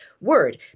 word